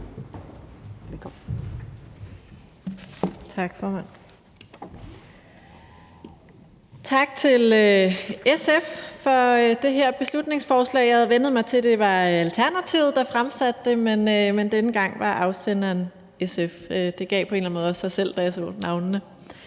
Tak til SF for det her beslutningsforslag. Jeg havde vænnet mig til, at det var Alternativet, der fremsatte denne type forslag, men denne gang var afsenderen SF – det gav på en eller anden måde også sig selv, da jeg så navnene.